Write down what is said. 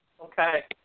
Okay